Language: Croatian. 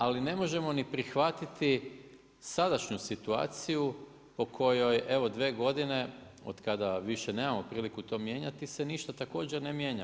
Ali ne možemo ni prihvatili sadašnju situaciju, po kojoj evo 2 godine, od kada više nemamo priliku to mijenjati se, ništa također ne mijenja.